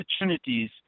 opportunities